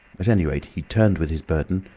at any rate, he turned with his burden,